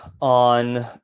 on